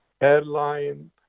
airline